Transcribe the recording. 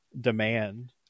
demand